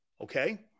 Okay